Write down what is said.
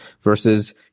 versus